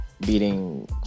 beating